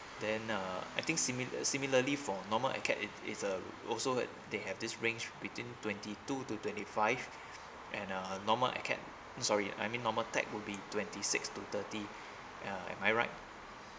then uh I think simi~ similarly for normal acad~ it it's uh also they have this range between twenty two to twenty five and uh normal acad~ sorry I mean uh normal tech would be twenty six to thirty uh am I right